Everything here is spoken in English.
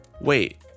Wait